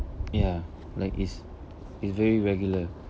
ya like it's it's very regular